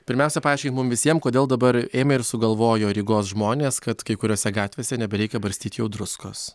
pirmiausia paaiškink mum visiem kodėl dabar ėmė ir sugalvojo rygos žmonės kad kai kuriose gatvėse nebereikia barstyt jau druskos